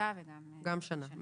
הפחתה וגם שנה.